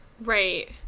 Right